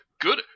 Good